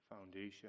foundation